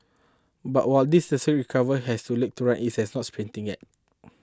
but while this nascent recovery has to legs to run it is not sprinting yet